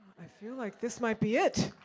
i feel like this might be it.